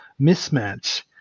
mismatch